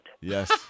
Yes